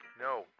No